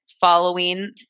following